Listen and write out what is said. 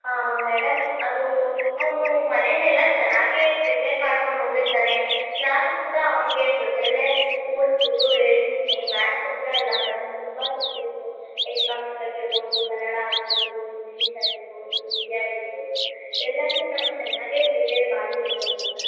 ಹಾಂ ಮೇಡಮ್ ಅದು ಅವನೂ ಮನೇಲೆಲ್ಲ ಚೆನ್ನಾಗೇ ಪ್ರಿಪ್ಯಾರ್ ಮಾಡ್ಕೊಂಡು ಹೋಗಿರ್ತಾನೆ ನಾನು ಕೂಡ ಅವನಿಗೆ ಜೊತೇಲೆ ಕೂರಿಸ್ಬುಟ್ಟು ಹೇಳ್ಸ್ತೀನಿ ಮ್ಯಾತ್ಸ್ ಒಂದೇ ಅಲ್ಲ ಮೇಡಮ್ ತುಂಬ ಸಬ್ಜೆಕ್ಟು ಎಕ್ನಾಮಿಕ್ ಆಗಿರ್ಬೋದು ಕನ್ನಡ ಆಗಿರ್ಬೋದು ಇಂಗ್ಲೀಷ್ ಆಗಿರ್ಬೋದು ಹಿಂದಿ ಆಗಿರ್ಬೋದು ಎಲ್ಲಾನು ನಾವು ಚೆನ್ನಾಗೆ ಪ್ರಿಪೇರ್ ಮಾಡಿಸ್ತೀವಿ ಮ್ಯಾಮ್